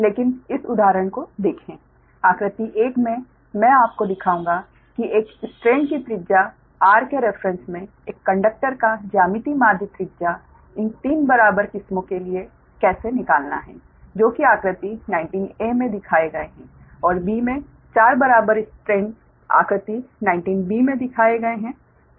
लेकिन इस उदाहरण को देखें आकृति I में मैं आपको दिखाऊंगा कि एक स्ट्रैंड की त्रिज्या r के रेफरेंस में एक कंडक्टर का ज्यामितीय माध्य त्रिज्या इन 3 बराबर किस्में के लिए कैसे निकालना है जो कि आकृति 19 ए में दिखाए गए हैं और बी में 4 बराबर स्ट्रैंड आकृति 19 बी में दिखाए गए है